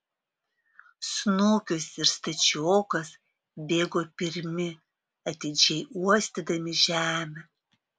snukius ir stačiokas bėgo pirmi atidžiai uostydami žemę